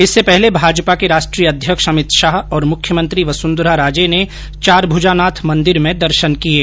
इससे पहले भाजपा के राष्ट्रीय अध्यक्ष अमित शाह और मुख्यमंत्री वसुंधरा राजे ने चारमुजानाथ मंदिर में दर्शन किये